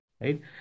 Right